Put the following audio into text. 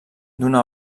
d’una